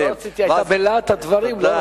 בלהט הדברים לא רציתי,